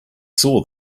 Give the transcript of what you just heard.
saw